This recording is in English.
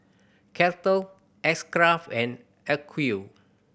Kettle X Craft and Acuvue